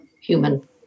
human